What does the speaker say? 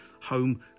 home